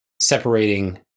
separating